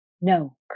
No